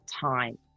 time